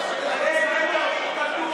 שירות הביטחון הכללי לסייע במאמץ הלאומי